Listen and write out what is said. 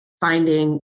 finding